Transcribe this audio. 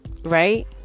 Right